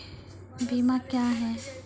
बीमा क्या हैं?